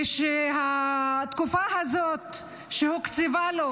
וכשהתקופה הזאת שהוקצבה לו